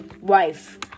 wife